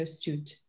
suit